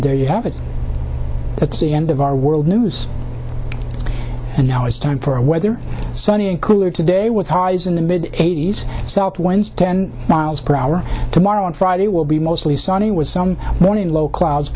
there you have it it's the end of our world news and now is time for a weather sunny and cooler today with highs in the mid eighty's south winds ten miles per hour tomorrow and friday will be mostly sunny was some morning low clouds